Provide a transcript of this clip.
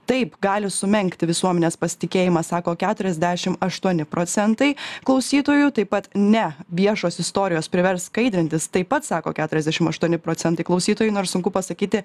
taip gali sumenkti visuomenės pasitikėjimas sako keturiasdešim aštuoni procentai klausytojų taip pat ne viešos istorijos privers skaidrintis taip pat sako keturiasdešim aštuoni procentai klausytojų nors sunku pasakyti